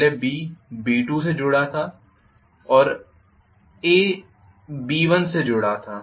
पहले B B2से जुड़ा था और A B1 से जुड़ा था